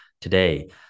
today